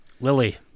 Lily